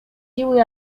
siły